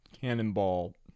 cannonball